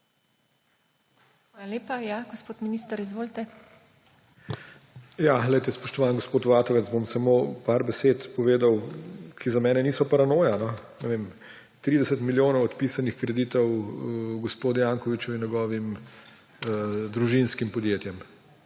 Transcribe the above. lepa. Gospod minister, izvolite. **ALEŠ HOJS:** Glejte, spoštovani gospod Vatovec, bom samo nekaj besed povedal, ki za mene niso paranoja. No, ne vem. 30 milijonov odpisanih kreditov gospodu Jankoviću in njegovim družinskim podjetjem,